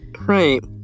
Right